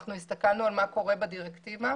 אנחנו הסתכלנו מה קורה בדירקטיבה.